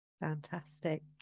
fantastic